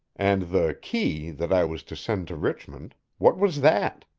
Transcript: and the key that i was to send to richmond, what was that?